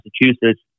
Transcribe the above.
Massachusetts